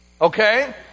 Okay